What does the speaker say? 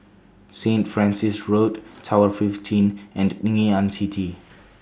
Saint Francis Road Tower fifteen and Ngee Ann City